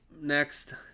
Next